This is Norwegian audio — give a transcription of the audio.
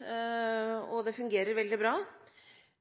og det fungerer veldig bra.